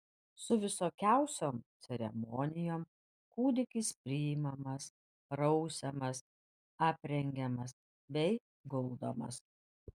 su visokiausiom ceremonijom kūdikis priimamas prausiamas aprengiamas bei guldomas